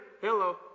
hello